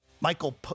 Michael